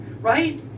right